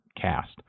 cast